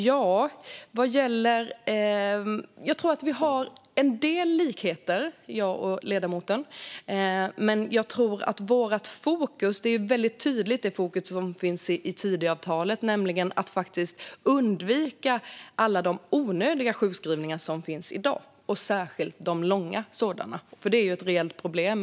Jag tror att jag och ledamoten har en del likheter, men vårt fokus som finns i Tidöavtalet är väldigt tydligt, nämligen att faktiskt undvika alla de onödiga sjukskrivningarna som finns i dag, särskilt de långa, för de långa sjukskrivningarna är ett reellt problem.